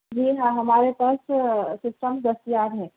جی ہاں ہمارے پاس سسٹم دستیاب ہیں